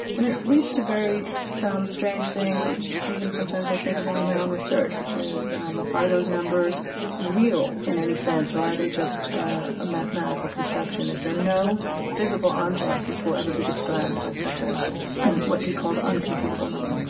and it leads to very strange things which even sometimes i think about in my own research, which is um are those numbers real in any sense, or are they just a mathematical construction. is there no physical object which will ever be described by ah and what he called an uncomputable number